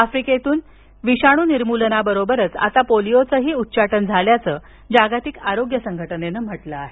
आफ्रिकेतून चेचक विषाणू निर्मूलनाबरोबर आता पोलियोचंही उच्चाटन झाल्याच जागतिक आरोग्य संघटनेन म्हंटल आहे